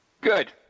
Good